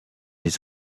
les